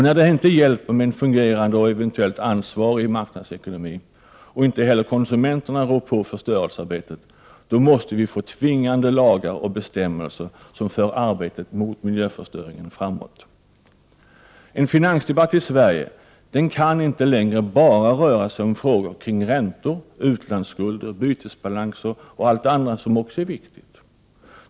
När det inte hjälper med en fungerande och ansvarsfull marknadsekonomi, och inte heller konsumenterna rår på förstörelsearbetet, måste vi få tvingande lagar och bestämmelser som för arbetet mot miljöförstöringen framåt. En finansdebatt i Sverige kan inte längre bara röra sig om frågor kring räntor, utlandsskulder, bytesbalans och allt det andra, som visserligen är viktigt.